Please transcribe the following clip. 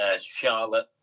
Charlotte